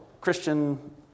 Christian